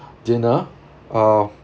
dinner uh